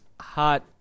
Hot